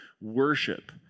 worship